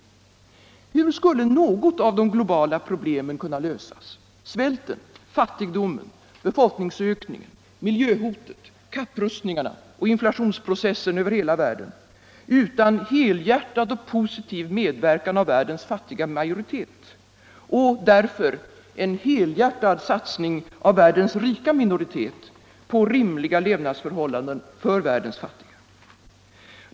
Hur skulle något av de globala problemen kunna lösas — svälten, fattigdomen, befolkningsökningen, miljöhotet, kapprustningarna och inflationsprocessen över hela världen — utan helhjärtad och positiv medverkan av världens fattiga majoritet och därför en helhjärtad satsning av världens rika minoritet på rimliga levnadsförhållanden för världens fattiga?